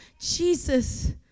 Jesus